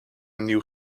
nieuw